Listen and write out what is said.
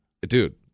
dude